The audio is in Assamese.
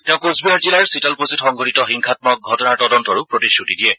তেওঁ কোচবিহাৰ জিলাৰ চিতালকুছিত সংঘটিত হিংসান্মক ঘটনাৰ তদন্তৰো প্ৰতিশ্ৰতি দিয়ে